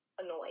annoyed